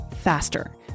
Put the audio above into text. faster